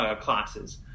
classes